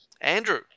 Andrew